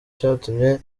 cyatumye